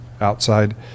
outside